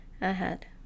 ahead